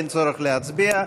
אין צורך להצביע.